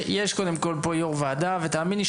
קודם כל יש פה יו"ר וועדה ותאמיני שהוא